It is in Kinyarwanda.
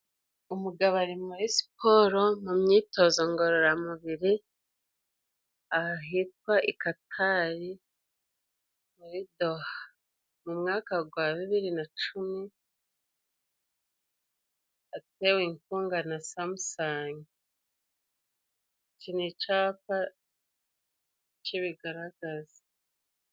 Umugabo ari muri siporo mu myitozo ngororamubiri. Ahitwa i Katari muri Doha mu mwaka gwa bibiri na cumi, atewe inkunga na samusange iki ni icapa kibigaragaza.